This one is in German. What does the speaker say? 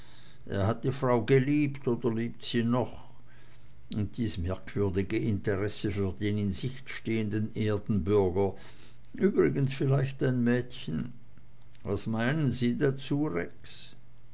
er hat die frau geliebt oder liebt sie noch und dies merkwürdige interesse für den in sicht stehenden erdenbürger übrigens vielleicht ein mädchen was meinen sie dazu